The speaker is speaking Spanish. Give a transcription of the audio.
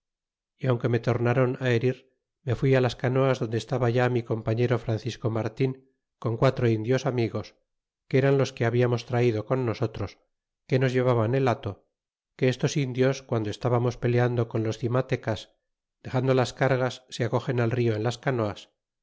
y aunque me tornaron herir me fui las canoas donde estaba ya mi compañero francisco martin con quatro indios amigos que eran los que hablamos traido con nosotros que nos llevaban el hato que estos indios guando estábamos peleando con los cimate cas dexando las cargas se acogen al rio en las canoas